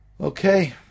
Okay